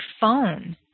phone